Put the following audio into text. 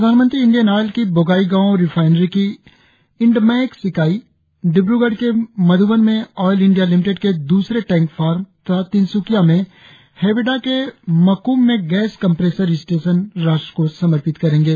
प्रधानमंत्री Indian Oil की Bongaigaon refinery की इंडमैक्स इकाई डिब्रगढ़ के मध्बन में आयल इंडिया लिमिटेड के दूसरे टैंक फार्म तथा तिनस्किया में हेबेडा के मक्म में गैस कम्प्रेसर स्टेशन राष्ट्र को समर्पित करेंगे